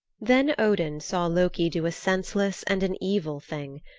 then odin saw loki do a senseless and an evil thing.